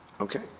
Okay